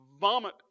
vomit